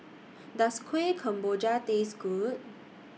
Does Kueh Kemboja Taste Good